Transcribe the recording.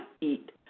eat